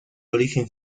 origen